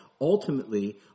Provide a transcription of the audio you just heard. ultimately